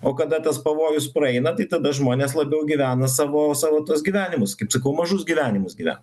o kada tas pavojus praeina tai tada žmonės labiau gyvena savo savo tuos gyvenimus kaip sakau mažus gyvenimus gyvena